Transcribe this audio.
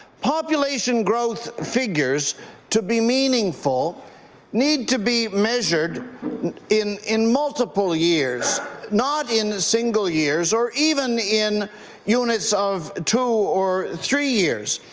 population growth figures to be meaningful need to be measured in in multiple years, not in single years or even in units of two or three years.